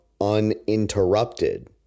uninterrupted